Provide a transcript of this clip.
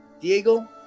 Diego